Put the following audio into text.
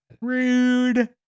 Rude